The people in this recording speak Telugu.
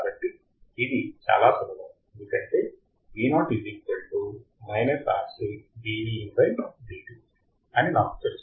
కాబట్టి ఇది చాలా సులభం ఎందుకంటే అని నాకు తెలుసు